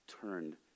turned